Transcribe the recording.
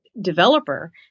developer